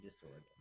disorder